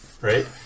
right